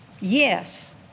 Yes